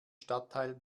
stadtteil